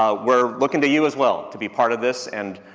um we're looking to you as well to be part of this, and,